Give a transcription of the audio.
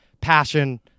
passion